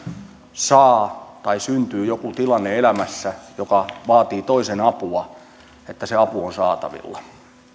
tai syntyy joku tilanne elämässä joka vaatii toisen apua se apu on saatavilla